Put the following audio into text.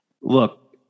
look